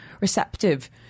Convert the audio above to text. receptive